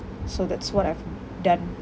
so that's what I've done